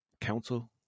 council